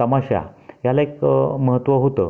तमाशा ह्याला एक महत्त्व होतं